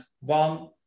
one